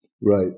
Right